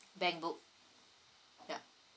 bank book yeah